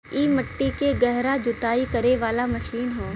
इ मट्टी के गहरा जुताई करे वाला मशीन हौ